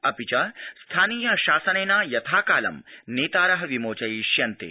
अपि च स्थानीय शासनेन यथाकालं नेतार विमोचयिष्यन्ते